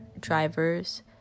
drivers